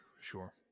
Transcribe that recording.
sure